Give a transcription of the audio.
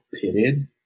pitted